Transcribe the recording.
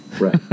Right